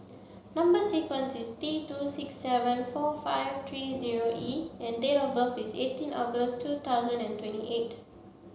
number sequence is T two six seven four five three zero E and date of birth is eighteen August two thousand and twenty eight